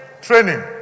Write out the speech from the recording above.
training